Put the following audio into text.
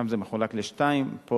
שם זה מחולק לשניים, פה